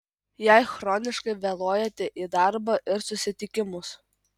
jei chroniškai vėluojate į darbą ir susitikimus